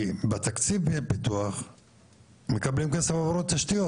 כי בתקציב דמי פיתוח מקבלים כסף עבור תשתיות.